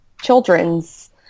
children's